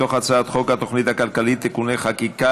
מתוך הצעת חוק התוכנית הכלכלית (תיקוני חקיקה